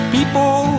People